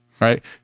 right